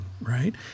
right